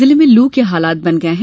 जिले में लू के हालात बन गए हैं